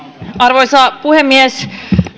arvoisa puhemies